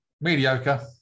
Mediocre